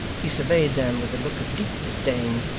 he surveyed them with a look of deep disdain,